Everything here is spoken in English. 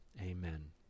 amen